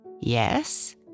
yes